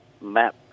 map